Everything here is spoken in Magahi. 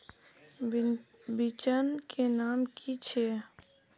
बिचन के नाम की छिये?